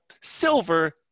silver